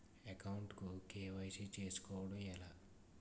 Account కు KYC చేసుకోవడం ఎలా?